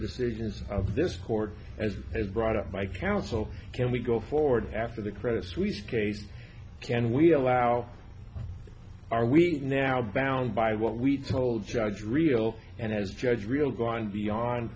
decisions of this court as it is brought up by counsel can we go forward after the credit suisse case can we allow our we've now bound by what we told judge real and as judge real going beyond